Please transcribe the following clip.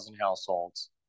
households